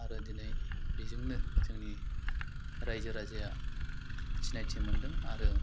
आरो दिनै बिजोंनो जोंनि रायजो राजाया सिनायथि मोेन्दों आरो